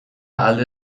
alde